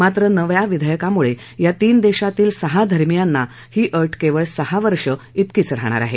मात्र नव्या विधेयकामुळे या तीन देशातील सहा धार्मियांना ही अाकेवळ सहा वर्षे तिकीच राहणार आहे